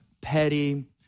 petty